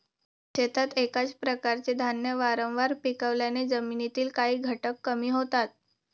शेतात एकाच प्रकारचे धान्य वारंवार पिकवल्याने जमिनीतील काही घटक कमी होतात